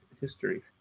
history